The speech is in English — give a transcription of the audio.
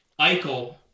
Eichel